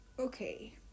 okay